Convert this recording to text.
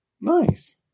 Nice